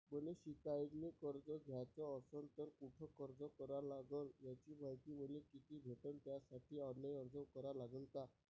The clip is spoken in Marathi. मले शिकायले कर्ज घ्याच असन तर कुठ अर्ज करा लागन त्याची मायती मले कुठी भेटन त्यासाठी ऑनलाईन अर्ज करा लागन का?